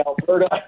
Alberta